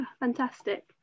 Fantastic